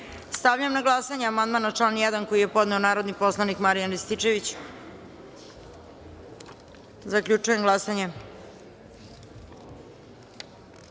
na glasanje amandman na član 5. koji je podneo narodni poslanik Marijan Rističević. Zaključujem glasanje: